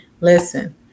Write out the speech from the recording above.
listen